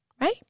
right